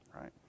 right